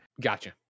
Gotcha